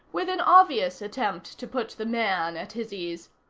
with an obvious attempt to put the man at his ease,